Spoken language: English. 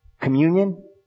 Communion